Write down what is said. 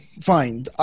fine